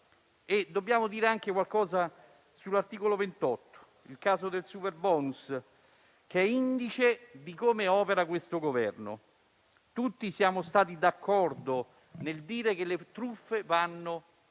Dobbiamo dire qualcosa anche sull'articolo 28, il caso del superbonus, indice di come opera questo Governo. Tutti siamo stati d'accordo nel dire che le truffe vanno frenate,